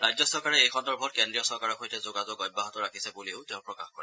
ৰাজ্য চৰকাৰে এই সন্দৰ্ভত কেন্দ্ৰীয় চৰকাৰৰ সৈতে যোগাযোগ অব্যাহত ৰাখিছে বুলিও তেওঁ প্ৰকাশ কৰে